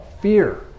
fear